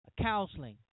counseling